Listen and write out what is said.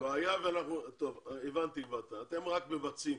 בעצם חקיקה לכל דבר ועניין ולכן צריך לבדוק אם